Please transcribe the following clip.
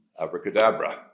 Abracadabra